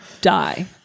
die